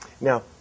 Now